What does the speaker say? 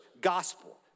gospel